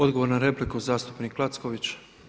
Odgovor na repliku, zastupnik Lacković.